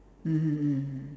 mmhmm mmhmm